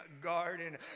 garden